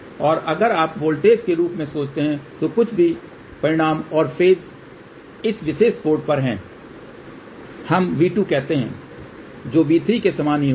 तो अगर आप वोल्टेज के रूप में सोचते है जो कुछ भी परिमाण और फेज़ इस विशेष पोर्ट पर है हम V2 कहते है जो V3 के समान ही होगा